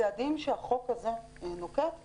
הצעדים שהחוק הזה נוקט בהם,